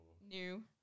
new